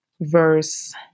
verse